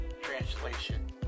translation